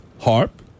Harp